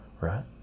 right